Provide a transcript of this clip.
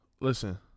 Listen